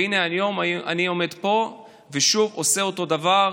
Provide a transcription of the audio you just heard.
והינה, היום אני עומד פה ושוב עושה אותו דבר.